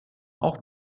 auch